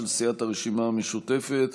של סיעת הרשימה המשותפת,